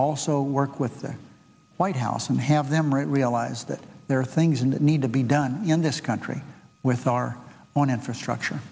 also work with the white house and have them right realize that there are things that need to be done in this country with our own infrastructure